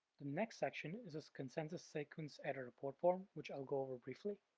the next section is this consensus sequence errors report form, which i'll go over briefly.